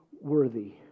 worthy